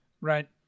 Right